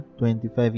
25